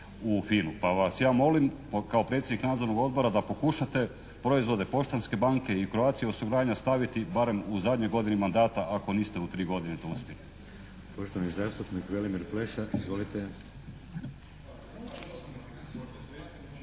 Pa vas ja molim kao predsjednik Nadzornog odbora da pokušate proizvode Poštanske banke i Croatia osiguranja staviti barem u zadnjoj godini mandata ako niste u tri godine to uspjeli.